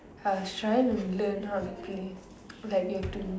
I was trying to learn how to play like you have to